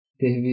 ter